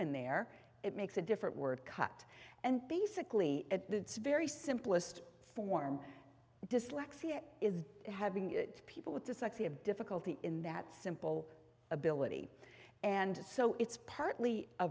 in there it makes a different word cut and basically at the very simplest form dyslexia is having it people with dyslexia difficulty in that simple ability and so it's partly a